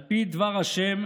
על פי דבר ה'